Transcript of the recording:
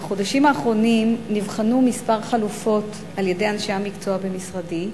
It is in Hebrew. בחודשים האחרונים נבחנו כמה חלופות על-ידי אנשי המקצוע במשרדי.